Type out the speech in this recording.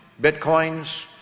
bitcoins